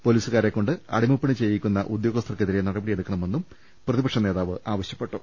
പൊലീസുകാരെക്കൊണ്ട് അടിമപ്പണി ചെയ്യിക്കുന്ന ഉദ്യോഗസ്ഥർക്കെതിരെ നടപടിയെടുക്ക ണമെന്നും പ്രതിപക്ഷനേതാവ് ആവശ്യപ്പെട്ടു